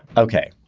okay.